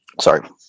Sorry